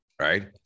right